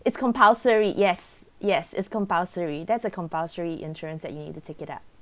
it's compulsory yes yes it's compulsory that's a compulsory insurance that you need to take it up